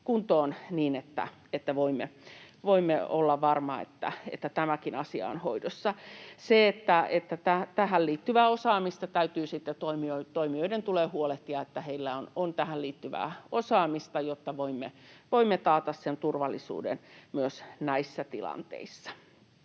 kuntoon niin, että voimme olla varmoja, että tämäkin asia on hoidossa. Sitten toimijoiden tulee huolehtia, että heillä on tähän liittyvää osaamista, jotta voimme taata turvallisuuden myös näissä tilanteissa.